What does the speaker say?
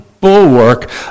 Bulwark